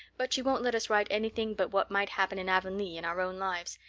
but she won't let us write anything but what might happen in avonlea in our own lives,